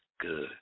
good